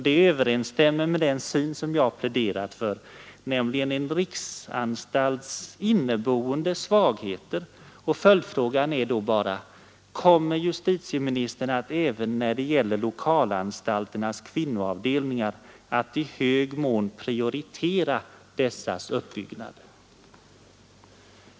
Det överensstämmer med den syn som jag pläderat för, på grund av en riksanstalts inneboende svagheter, och följdfrågan är då bara: Kommer justitieministern att även när det gäller lokalanstalternas kvinnoavdelningar i viss mån prioritera dessas uppbyggnad?